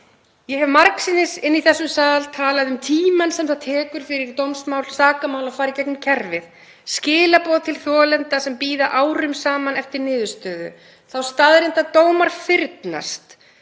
Ég hef margsinnis í þessum sal talað um tímann sem það tekur fyrir dómsmál, sakamál, að fara í gegnum kerfið og þau skilaboð til þolenda sem bíða árum saman eftir niðurstöðu, þá staðreynd að dómar fyrnast,